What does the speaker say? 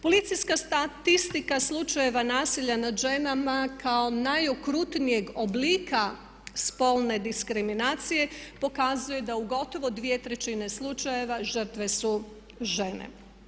Policijska statistika slučajeva nasilja nad ženama kao najokrutnijeg oblika spolne diskriminacije pokazuje da u gotovo dvije trećine slučajeva žrtve su žene.